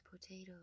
potatoes